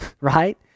right